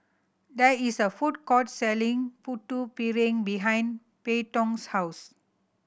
there is a food court selling Putu Piring behind Payton's house